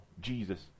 Jesus